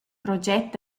proget